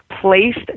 placed